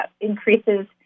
increases